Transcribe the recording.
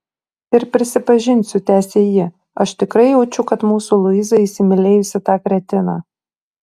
ir prisipažinsiu tęsė ji aš tikrai jaučiu kad mūsų luiza įsimylėjusi tą kretiną